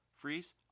freeze